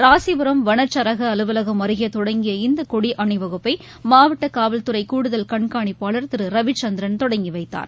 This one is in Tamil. ராசிபுரம் வனச்சரக அலுவலகம் அருகே தொடங்கிய இந்த கொடி அணிவகுப்பை மாவட்ட னவல் துறை கூடுதல் கண்காணிப்பாளர் திரு ரவிச்சந்திரன் தொடங்கி வைத்தார்